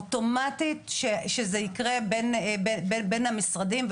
אוטומטית שזה יקרה בין המשרדים,